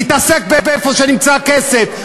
תתעסק באיפה שנמצא הכסף,